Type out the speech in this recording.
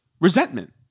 Resentment